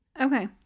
Okay